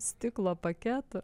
stiklo paketų